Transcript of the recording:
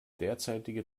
derzeitige